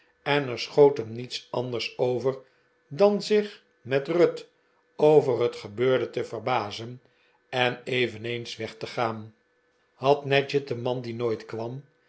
en er schoot hem niets anders over dan zich met ruth over het gebeurde te verbazen en eveneens weg te gaan had nadgett den man die nooit kwam